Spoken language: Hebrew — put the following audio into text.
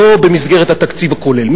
לא במסגרת התקציב הכולל,